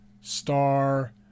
star